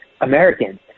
Americans